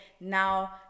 now